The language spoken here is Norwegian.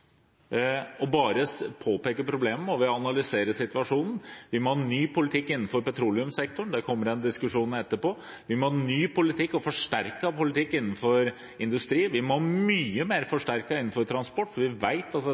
påpeke problemet, er å analysere situasjonen. Vi må ha ny politikk innenfor petroleumssektoren – det kommer en diskusjon etterpå. Vi må ha ny og forsterket politikk innenfor industri. Vi må ha mye mer og forsterket innenfor transport. Vi vet at